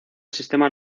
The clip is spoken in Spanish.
sistema